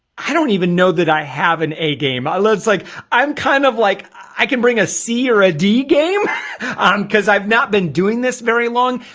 i don't even know that i have an a game i look like i'm kind of like i can bring a c or a d game um, cuz i've not been doing this very long.